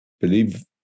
believe